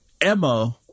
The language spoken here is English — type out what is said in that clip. Emma